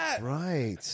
right